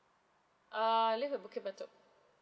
uh I live in bukit batok